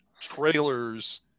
trailers